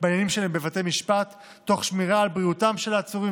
שלהם בבתי המשפט תוך שמירה על בריאותם של העצורים